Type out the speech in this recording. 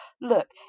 look